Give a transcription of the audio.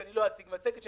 שאני לא אציג מצגת,